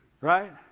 Right